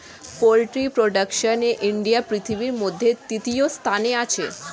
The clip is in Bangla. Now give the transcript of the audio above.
পোল্ট্রি প্রোডাকশনে ইন্ডিয়া পৃথিবীর মধ্যে তৃতীয় স্থানে আছে